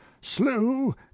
slew